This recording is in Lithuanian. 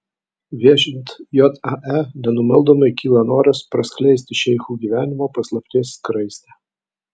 viešint jae nenumaldomai kyla noras praskleisti šeichų gyvenimo paslapties skraistę